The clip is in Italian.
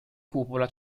cupola